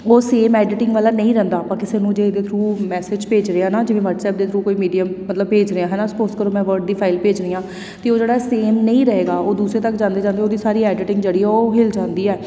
ਉਹ same editing ਵਾਲਾ ਨਹੀਂ ਰਹਿੰਦਾ ਆਪਾਂ ਕਿਸੇ ਨੂੰ ਜੇ ਇਹਦੇ ਥਰੂ ਮੈਸੇਜ ਭੇਜਦੇ ਹਾਂ ਨਾ ਜਿਵੇਂ ਵਟਸਐਪ ਦੇ ਥਰੂ ਕੋਈ ਮੀਡੀਅਮ ਮਤਲਬ ਭੇਜ ਰਹੇ ਹੈ ਨਾ ਸਪੋਸ ਕਰੋ ਮੈਂ ਵਰਡ ਦੀ ਫਾਈਲ ਭੇਜਣੀ ਆ ਅਤੇ ਉਹ ਜਿਹੜਾ ਸੇਮ ਨਹੀਂ ਰਹੇਗਾ ਉਹ ਦੂਸਰੇ ਤੱਕ ਜਾਂਦੇ ਜਾਂਦੇ ਉਹਦੀ ਸਾਰੀ ਐਡਿਟਿੰਗ ਆ ਉਹ ਹਿਲ ਜਾਂਦੀ ਹੈ